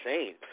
insane